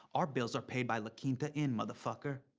our bills are paid by la quinta inn, motherfucker.